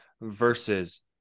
versus